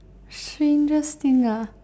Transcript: strangest thing lah